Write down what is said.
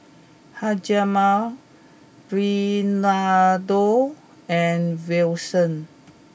Hjalmar Reynaldo and Wilson